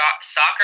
soccer